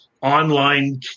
online